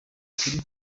kuri